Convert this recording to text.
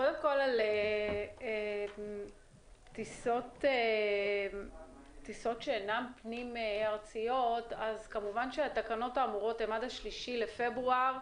לגבי טיסות שאינן פנים-ארציות התקנות האמורות הן עד 3 בפברואר.